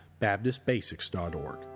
BaptistBasics.org